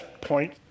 point